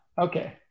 Okay